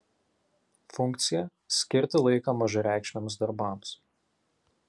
funkcija skirti laiką mažareikšmiams darbams